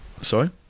Sorry